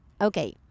okay